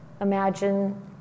imagine